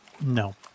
No